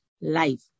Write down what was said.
life